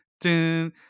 dun